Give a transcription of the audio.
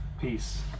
peace